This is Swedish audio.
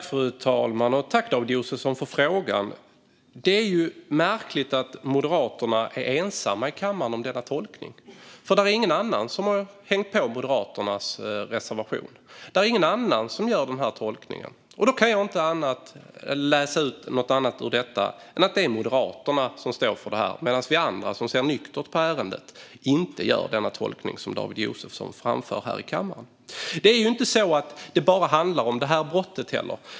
Fru talman! Jag tackar David Josefsson för frågan. Det är märkligt att Moderaterna är ensamma i kammaren om denna tolkning. Det är ingen annan som har hängt på Moderaternas reservation. Det är ingen annan som gör denna tolkning. Då kan jag inte läsa ut någonting annat ur detta än att det är Moderaterna som står för detta, medan vi andra som ser nyktert på ärendet inte gör den tolkning som David Josefsson framför här i kammaren. Det är inte så att det bara handlar om detta brott.